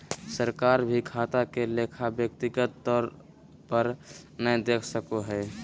सरकार भी खाता के लेखा व्यक्तिगत तौर पर नय देख सको हय